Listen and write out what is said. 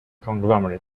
conglomerate